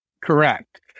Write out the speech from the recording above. Correct